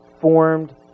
formed